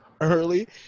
early